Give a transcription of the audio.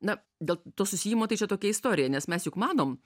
na dėl to susiejimo tai čia tokia istorija nes mes juk manom